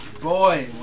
Boy